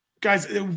guys